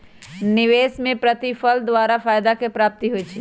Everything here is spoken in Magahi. निवेश में प्रतिफल द्वारा फयदा के प्राप्ति होइ छइ